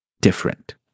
different